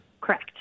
Correct